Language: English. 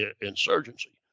insurgency